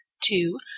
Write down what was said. two